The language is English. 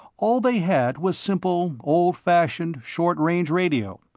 all they had was simple old-fashioned short-range radio,